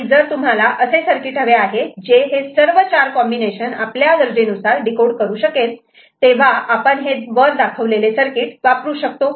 आणि जर तुम्हाला असे सर्किट हवे आहे जे हे सर्व 4 कॉम्बिनेशन आपल्या गरजेनुसार डीकोड करू शकेल तेव्हा आपण हे दाखवलेले सर्किट वापरू शकतो